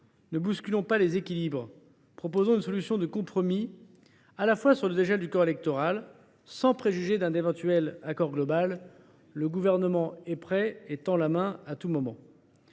ne bousculons pas les équilibres, proposons une solution de compromis sur la question du dégel du corps électoral sans préjuger d’un éventuel accord global. Le Gouvernement y est prêt et tend la main à tout moment.